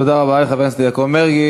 תודה רבה, חבר הכנסת יעקב מרגי.